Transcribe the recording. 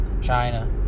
China